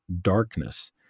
darkness